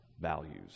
values